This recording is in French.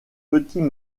petits